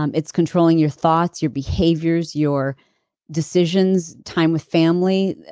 um it's controlling your thoughts, your behaviors, your decisions, time with family.